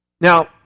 Now